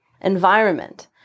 environment